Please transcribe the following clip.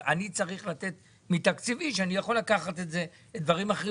אני צריך לתת מתקציבי כשאני יכול לקחת את זה לדברים אחרים.